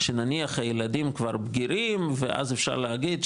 שנניח הילדים כבר בגירים ואז אפשר להגיד,